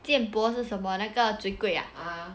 建波是什么那个 chwee kueh ah